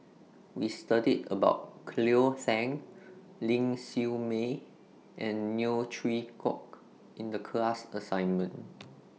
We studied about Cleo Thang Ling Siew May and Neo Chwee Kok in The class assignment